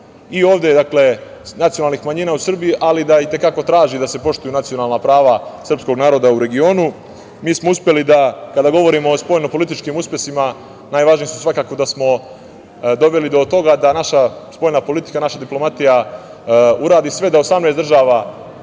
i ovde nacionalnih manjina u Srbiji, ali i te kako traži da se poštuju nacionalna prava srpskog naroda u regionu. Mi smo uspeli da kada govorimo o spoljno-političkim uspesima, najvažniji su svakako, da smo doveli do toga da naša spoljna politika, naša spoljna diplomatija uradi sve da 18 država